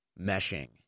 meshing